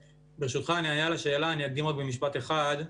ברשותך, אענה על השאלה אבל אקדים במשפט אחד.